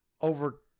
Over